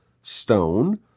stone